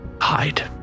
hide